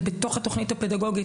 זה בתוכנית הפדגוגית,